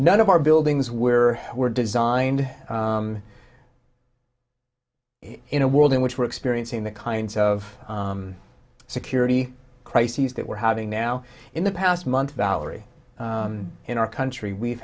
none of our buildings were were designed in a world in which we're experiencing the kinds of security crises that we're having now in the past month valerie in our country we've